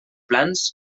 plans